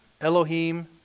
Elohim